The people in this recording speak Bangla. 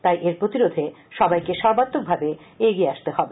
তাই এর প্রতিরোধে সবাইকে সর্বাত্মকভাবে এগিয়ে আসতে হবে